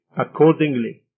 accordingly